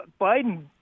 Biden